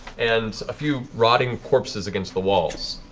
and a few rotting corpses against the walls.